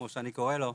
כמו שאני קורא לו,